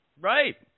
Right